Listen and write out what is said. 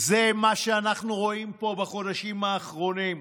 זה מה שאנחנו רואים פה בחודשים האחרונים.